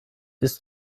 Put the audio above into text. bis